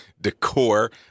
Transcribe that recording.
decor